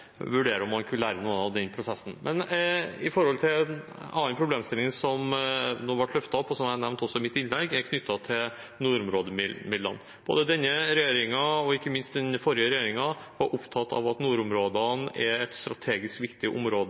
vurdere om man kunne lære noe av denne prosessen. En annen problemstilling som nå ble løftet opp, og som jeg også har nevnt i mitt innlegg, er knyttet til nordområdemidlene. Denne regjeringen er – og ikke minst var den forrige regjeringen – opptatt av at nordområdene er et strategisk viktig område